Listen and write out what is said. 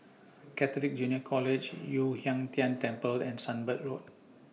Catholic Junior College Yu Huang Tian Temple and Sunbird Road